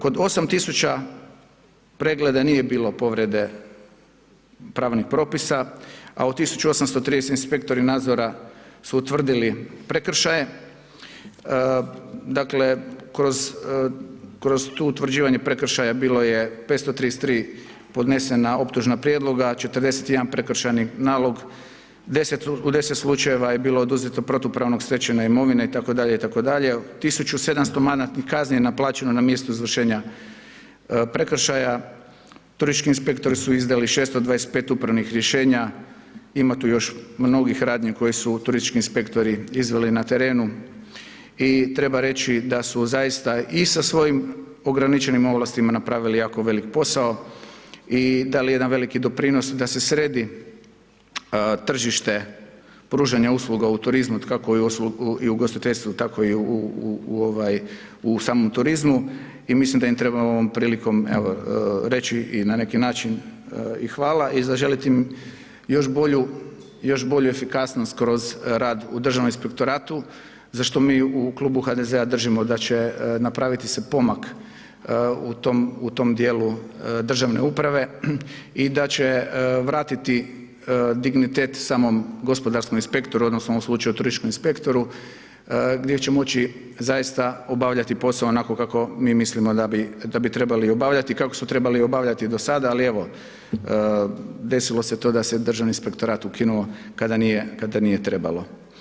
Kod 8000 pregleda nije bilo povrede pravnih propisa, a u 1830 inspektori nadzora su utvrdili prekršaje, dakle, kroz to utvrđivanje prekršaja bilo je 533 podnesena optužna prijedloga, 41 prekršajni nalog, u 10 slučajeva je bilo oduzeto protupravno stečene imovine itd. itd., 1700 manatnih kazni je naplaćeno na mjestu izvršenja prekršaja, turistički inspektori su izdali 625 upravnih rješenja, ima tu još mnogih radnji koji su turistički inspektori izveli na terenu i treba reći da su zaista i sa svojim ograničenim ovlastima napravili jako velik posao i dali jedan veliki doprinos da se sredi tržište pružanja usluga u turizmu, kako i u ugostiteljstvu, tako i u samom turizmu i mislim da im treba ovom prilikom, evo reći i na neki način i hvala i zaželit im još bolju, još bolje efikasnost kroz rad u Državnom inspektoratu, za što mi u klubu HDZ-a držimo da će napraviti se pomak u tom dijelu državne uprave i da će vratiti dignitet samom gospodarskom inspektoru odnosno u ovom slučaju turističkom inspektoru, gdje će moći zaista obavljati posao onako kako mi mislimo da bi trebali obavljati, kako su trebali obavljati do sada, ali evo, desilo se to da se Državni inspektorat ukinuo kada nije trebalo.